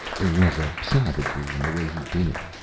there was a savagery in the way he did it.